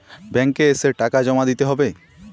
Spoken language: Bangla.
ব্যাঙ্ক এ এসে টাকা জমা দিতে হবে?